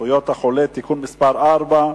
זכויות החולה (תיקון מס' 4),